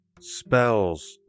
spells